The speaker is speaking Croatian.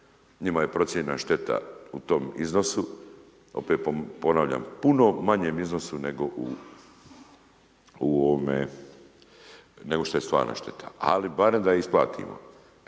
Njima je procijenjena šteta u tom iznosu, opet ponavljam, puno manjem iznosu nego što je stvarna šteta, ali barem da je isplatimo.